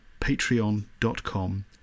patreon.com